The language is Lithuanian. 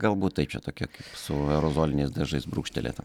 galbūt taip čia tokia kaip su aerozoliniais dažais brūkštelėta